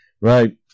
Right